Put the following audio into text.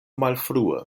malfrue